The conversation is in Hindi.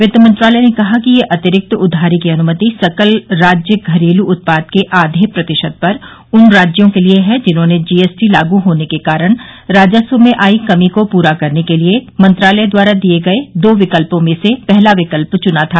वित्त मंत्रालय ने कहा कि यह अतिरिक्त उधारी की अनुमति सकल राज्य घरेलू उत्पाद के आर्धे प्रतिशत पर उन राज्यों के लिए है जिन्होंने जीएसटी लागू होने के कारण राजस्व में आई कमी को पूरा करने के लिए मंत्रालय द्वारा दिए गए दो विकल्पों में से पहला विकल्प चुना था